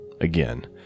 Again